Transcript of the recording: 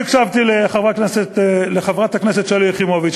הקשבתי לחברת הכנסת שלי יחימוביץ,